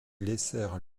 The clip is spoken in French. laissèrent